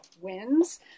wins